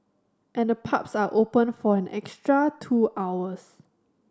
and the pubs are open for an extra two hours